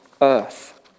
earth